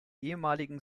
ehemaligen